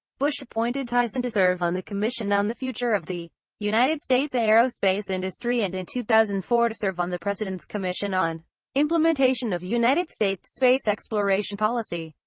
bush appointed tyson to serve on the commission on the future of the united states aerospace industry and in two thousand and four to serve on the president's commission on implementation of united states space exploration policy,